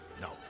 No